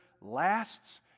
lasts